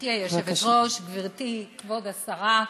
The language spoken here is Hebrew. גברתי היושבת-ראש, גברתי כבוד השרה,